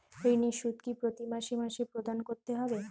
ঋণের সুদ কি প্রতি মাসে মাসে প্রদান করতে হবে?